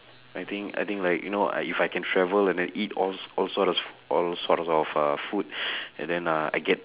I think I think like you know I if I can travel and then eat all sorts of all sorts of uh food and then uh I get paid